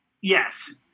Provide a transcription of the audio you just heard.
yes